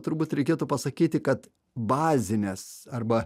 turbūt reikėtų pasakyti kad bazines arba